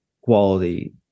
quality